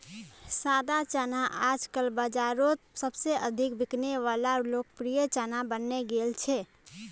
सादा चना आजकल बाजारोत सबसे अधिक बिकने वला लोकप्रिय चना बनने गेल छे